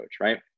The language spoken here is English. right